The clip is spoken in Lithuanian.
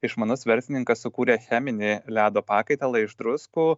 išmanus verslininkas sukūrė cheminį ledo pakaitalą iš druskų